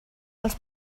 els